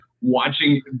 watching